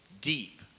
deep